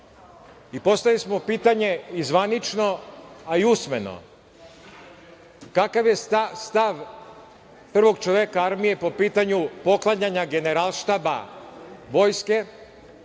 i postavili smo pitanje i zvanično, a i usmeno, kakav je stav prvog čoveka armije po pitanju poklanjanja Generalštaba vojske